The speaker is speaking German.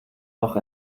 noch